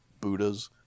Buddhas